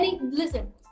listen